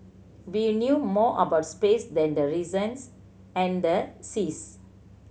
we knew more about space than the reasons and the seas